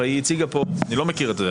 הרי היא הציגה פה אני לא מכיר את זה,